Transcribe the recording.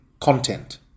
content